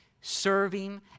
serving